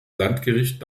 landgericht